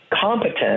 competent